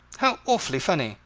how awfully funny!